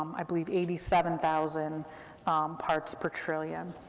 i believe, eighty seven thousand parts per trillion.